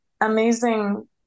amazing